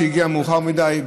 שהגיעה מאוחר מדי,